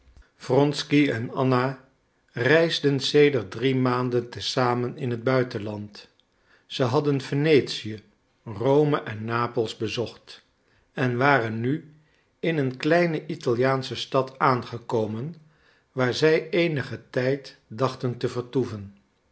wronsky en anna reisden sedert drie maanden te zamen in het buitenland zij hadden venetië rome en napels bezocht en waren nu in een kleine italiaansche stad aangekomen waar zij eenigen tijd dachten te vertoeven